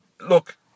look